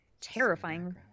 terrifying